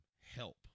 help